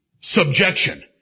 Subjection